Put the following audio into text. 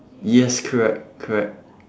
yes correct correct